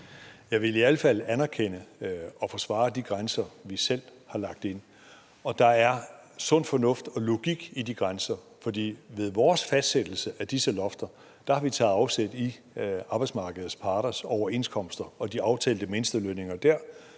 Jeg vil i hvert fald anerkende og forsvare de grænser, vi selv har lagt ind, og der er sund fornuft og logik i de grænser, for ved vores fastsættelse af disse lofter har vi taget afsæt i arbejdsmarkedets parters overenskomster og de aftalte mindstelønninger der,